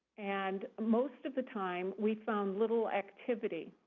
and most of the time we found little activity.